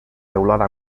teulada